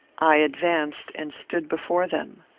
i advanced and stood before them.